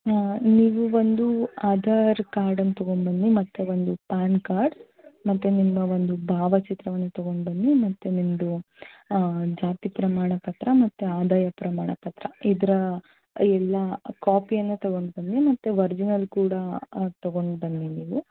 ಹಾಂ ನೀವು ಒಂದು ಆಧಾರ್ ಕಾರ್ಡನ್ನ ತೊಗೊಂಡು ಬನ್ನಿ ಮತ್ತೆ ಒಂದು ಪ್ಯಾನ್ ಕಾರ್ಡ್ ಮತ್ತೆ ನಿಮ್ಮ ಒಂದು ಭಾವಚಿತ್ರವನ್ನು ತೊಗೊಂಡು ಬನ್ನಿ ಮತ್ತೆ ನಿಮ್ಮದು ಜಾತಿ ಪ್ರಮಾಣ ಪತ್ರ ಮತ್ತು ಆದಾಯ ಪ್ರಮಾಣ ಪತ್ರ ಇದರ ಎಲ್ಲ ಕಾಪಿಯನ್ನು ತೊಗೊಂಡು ಬನ್ನಿ ಮತ್ತು ಒರಿಜಿನಲ್ ಕೂಡ ತೊಗೊಂಡು ಬನ್ನಿ ನೀವು